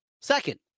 second